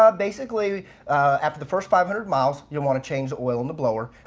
um basically after the first five hundred mile you'll want to change the oil on the blower.